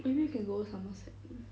maybe we can go somerset